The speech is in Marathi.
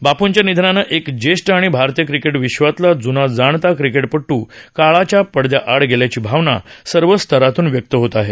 बापूंच्या निधनानं एक ज्येष्ठ आणि भारतीय क्रिकेट विश्वातला जूनाजाणता क्रिकेटपटू काळाच्या पडद्याआड गेल्याची भावना सर्वच स्तरातून व्यक्त होत आहे